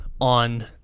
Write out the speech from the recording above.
on